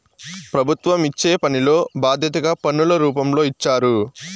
ప్రభుత్వం ఇచ్చే పనిలో బాధ్యతగా పన్నుల రూపంలో ఇచ్చారు